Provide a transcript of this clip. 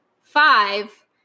five